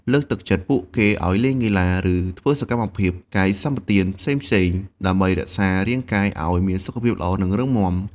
លើកទឹកចិត្តពួកគេឲ្យលេងកីឡា ឬធ្វើសកម្មភាពកាយសម្បទាផ្សេងៗ ដើម្បីរក្សារាងកាយឲ្យមានសុខភាពល្អ និងរឹងមាំ។